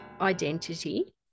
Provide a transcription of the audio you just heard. identity